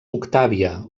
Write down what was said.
octàvia